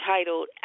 titled